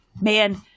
man